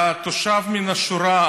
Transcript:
התושב מן השורה,